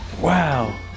Wow